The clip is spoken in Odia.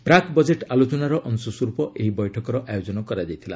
ପ୍ରାକ୍ ବଜେଟ୍ ଆଲୋଚନାର ଅଂଶସ୍ୱରୂପ ଏହି ବୈଠକର ଆୟୋଜନ କରାଯାଇଥିଲା